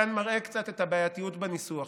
כאן זה מראה קצת את הבעייתיות של הניסוח,